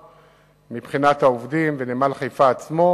מבחינת העובדים ונמל חיפה עצמו,